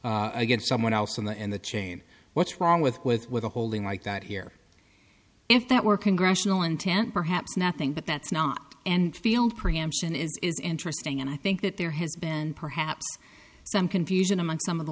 get someone else in the in the chain what's wrong with with with a holding like that here if that were congressional intent perhaps nothing but that's not and field preemption is interesting and i think that there has been perhaps some confusion among some of the